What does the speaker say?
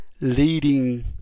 leading